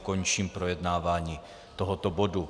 Končím projednávání tohoto bodu.